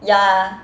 ya